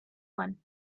one